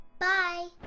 Bye